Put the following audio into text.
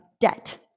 debt